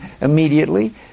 immediately